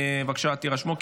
בבקשה תירשמו,